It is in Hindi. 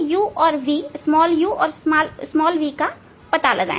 u और v का पता लगाएं